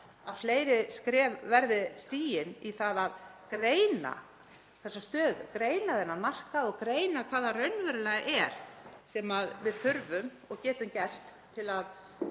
að fleiri skref verði stigin í því að greina þessa stöðu, greina þennan markað og greina hvað það raunverulega er sem við þurfum og getum gert til að